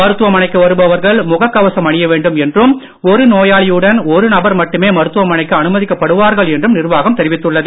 மருத்துவ மனைக்கு வருபவர்கள் முகக் கவசம் அணிய வேண்டும் என்றும் ஒரு நோயாளியுடன் ஒரு நபர் மட்டுமே மருத்துவ மனைக்கு அனுமதிக்கப்படுவார்கள் என்றும் நிர்வாகம் தெரிவித்துள்ளது